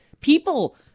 people